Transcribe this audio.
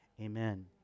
Amen